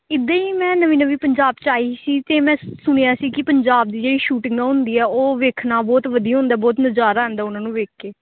ਇੱਦਾਂ ਹੀ ਮੈਂ ਨਵੀਂ ਨਵੀਂ ਪੰਜਾਬ 'ਚ ਆਈ ਸੀ ਅਤੇ ਮੈਂ ਸੁਣਿਆ ਸੀ ਕਿ ਪੰਜਾਬ ਦੀ ਜਿਹੜੀ ਸ਼ੂਟਿੰਗ ਹੁੰਦੀ ਆ ਉਹ ਵੇਖਣਾ ਬਹੁਤ ਵਧੀਆ ਹੁੰਦਾ ਬਹੁਤ ਨਜ਼ਾਰਾ ਆਉਂਦਾ ਉਨ੍ਹਾਂ ਨੂੰ ਵੇਖ ਕੇ